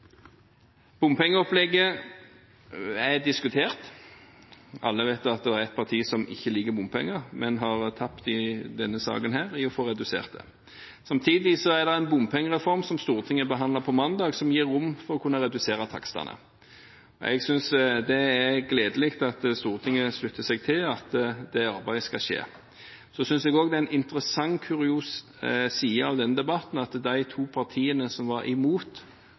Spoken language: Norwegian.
Bompengeopplegget er diskutert. Alle vet at det er ett parti som ikke liker bompenger, vi har tapt i denne saken, men får redusert det. Samtidig er det en bompengereform som Stortinget behandlet på mandag, som gir rom for å kunne redusere takstene. Jeg synes det er gledelig at Stortinget slutter seg til at det arbeidet skal skje. Jeg synes også det er en interessant, kuriøs side ved debatten at de to partiene som var imot